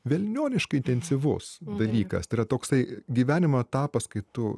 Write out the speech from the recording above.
velnioniškai intensyvus dalykas tai yra toksai gyvenimo etapas kai tu